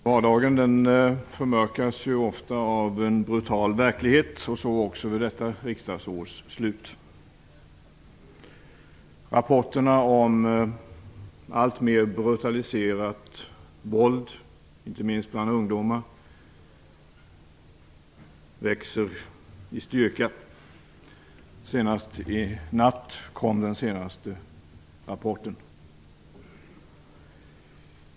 Fru talman! Vardagen förmörkas ofta av en brutal verklighet, så också vid detta riksdagsårs slut. Rapporterna om ett alltmer brutaliserat våld, inte minst bland ungdomar, växer i styrka. I natt kom den senaste rapporten.